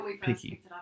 Picky